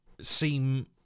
seem